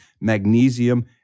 magnesium